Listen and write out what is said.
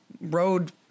road